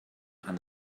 and